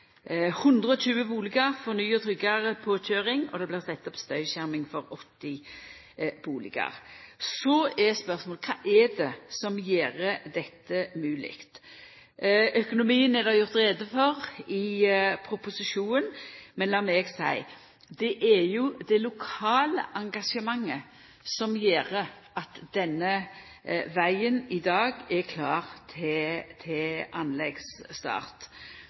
120 bustader får ny og tryggare påkjøring, og det blir sett opp støyskjerming for 80 bustader. Så er spørsmålet: Kva er det som gjer dette mogleg? Økonomien er det gjort greie for i proposisjonen, men lat meg seia: Det er jo det lokale engasjementet som gjer at denne vegen i dag er klar til anleggsstart,